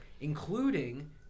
including